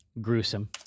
Gruesome